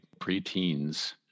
preteens